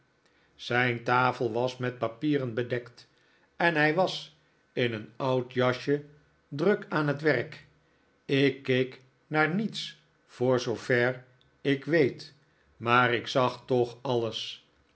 zijn tafel was met papieren bedekt en hij was in een oud jasje druk aan het werk ik keek naar niets voor zoover ik weet maar ik zag toch alles